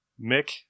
Mick